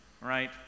right